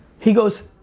he goes,